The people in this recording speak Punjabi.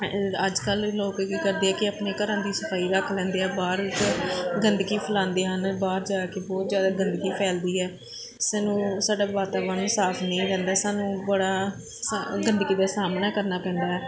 ਅੱਜ ਕੱਲ੍ਹ ਲੋਕ ਕੀ ਕਰਦੇ ਆ ਕਿ ਆਪਣੇ ਘਰਾਂ ਦੀ ਸਫਾਈ ਰੱਖ ਲੈਂਦੇ ਆ ਬਾਹਰ ਵਿੱਚ ਗੰਦਗੀ ਫੈਲਾਉਂਦੇ ਹਨ ਬਾਹਰ ਜਾ ਕੇ ਬਹੁਤ ਜ਼ਿਆਦਾ ਗੰਦਗੀ ਫੈਲਦੀ ਹੈ ਸਾਨੂੰ ਸਾਡਾ ਵਾਤਾਵਰਨ ਸਾਫ ਨਹੀਂ ਰਹਿੰਦਾ ਸਾਨੂੰ ਬੜਾ ਗੰਦਗੀ ਦਾ ਸਾਹਮਣਾ ਕਰਨਾ ਪੈਂਦਾ ਹੈ